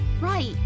Right